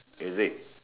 is it